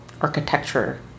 architecture